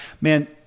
man